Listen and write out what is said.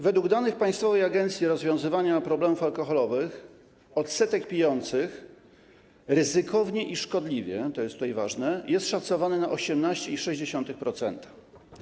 Według danych Państwowej Agencji Rozwiązywania Problemów Alkoholowych odsetek pijących ryzykownie i szkodliwie, to jest tutaj ważne, jest szacowany na 18,6%.